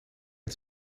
het